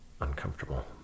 uncomfortable